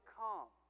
come